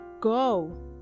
go